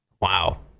Wow